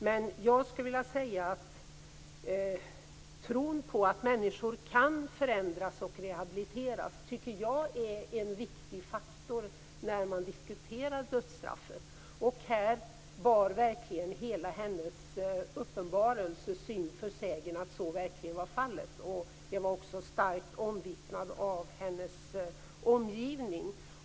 Men tron på att människor kan förändras och rehabiliteras tycker jag är en viktig faktor när man diskuterar dödsstraffet. Hela hennes uppenbarelse bar syn för sägen att så verkligen var fallet, och det var också starkt omvittnat av hennes omgivning.